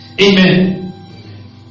Amen